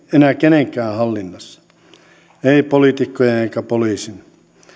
enää kenenkään hallinnassa ei poliitikkojen eikä poliisin